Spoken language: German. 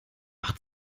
macht